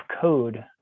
code